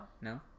No